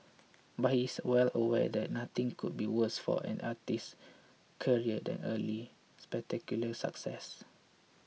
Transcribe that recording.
but he is well aware that nothing could be worse for an artist's career than early spectacular success